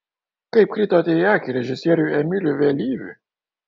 kaip kritote į akį režisieriui emiliui vėlyviui